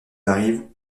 arrivent